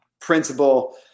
principle